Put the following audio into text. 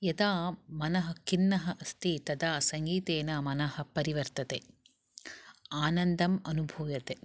यदा मनः खिन्नः अस्ति तदा सङ्गीतेन मनः परिवर्तते आनन्दम् अनुभूयते